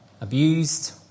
abused